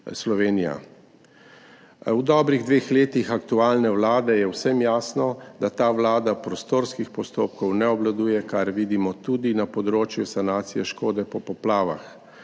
Slovenija. V dobrih dveh letih aktualne vlade je vsem jasno, da ta vlada prostorskih postopkov ne obvladuje, kar vidimo tudi na področju sanacije škode po poplavah.